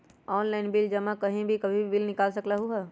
Online bill जमा कहीं भी कभी भी बिल निकाल सकलहु ह?